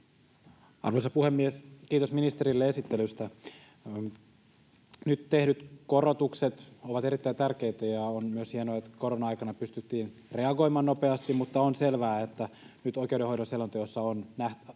Arvoisa puhemies! Kiitos ministerille esittelystä. Nyt tehdyt korotukset ovat erittäin tärkeitä, ja on hienoa myös, että korona-aikana pystyttiin reagoimaan nopeasti. Mutta on selvää, että nyt oikeudenhoidon selonteossa on luotava